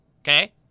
Okay